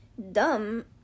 dumb